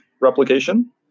replication